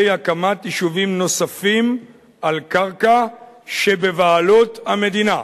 הקמת יישובים נוספים על קרקע שבבעלות המדינה.